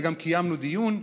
וגם קיימנו דיון.